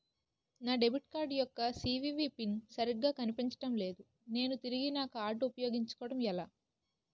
నా debit card యెక్క CVV PIN సరిగా కనిపించడం లేదు నేను తిరిగి నా కార్డ్ఉ పయోగించుకోవడం ఎలా?